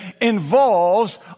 involves